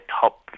top